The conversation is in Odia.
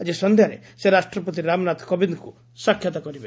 ଆଜି ସନ୍ଧ୍ୟାରେ ସେ ରାଷ୍ଟ୍ରପତି ରାମନାଥ କୋବିନ୍ଦଙ୍କୁ ସାକ୍ଷାତ କରିବେ